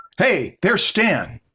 hey, there's stan.